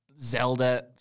Zelda